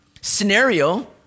scenario